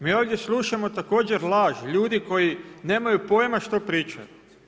Mi ovdje slušamo također laž, ljudi koji nemaju pojama što pričaju.